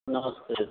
नमस्ते नमस्ते